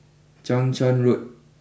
Chang Charn Road